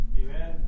Amen